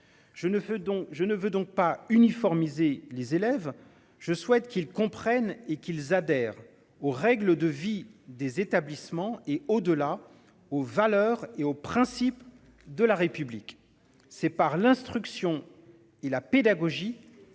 je ne veux donc pas uniformiser les élèves. Je souhaite qu'ils comprennent et qu'ils adhèrent aux règles de vie, des établissements et au-delà. Aux valeurs et aux principes de la République. C'est par l'instruction. Il la pédagogie.